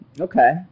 Okay